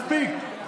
מספיק.